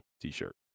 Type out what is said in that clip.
t-shirt